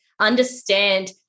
understand